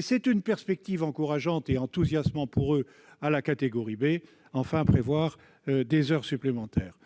c'est une perspective encourageante et enthousiasmante pour eux -à la catégorie B. Enfin, ils veulent des heures supplémentaires.